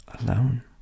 alone